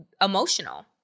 emotional